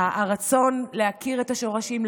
הרצון להכיר את השורשים,